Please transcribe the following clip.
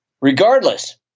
Regardless